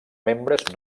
membres